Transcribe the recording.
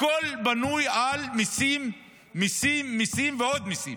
הכול בנוי על מיסים, מיסים, מיסים ועוד מיסים.